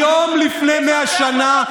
היום לפני 100 שנה,